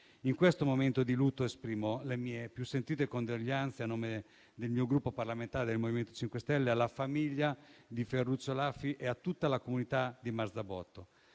In questo momento di lutto esprimo le mie più sentite condoglianze, a nome del Gruppo parlamentare del Movimento 5 Stelle, alla famiglia di Ferruccio Laffi e a tutta la comunità di Marzabotto.